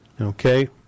Okay